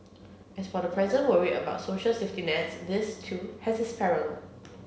as for the present worry about social safety nets this too has its parallel